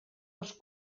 els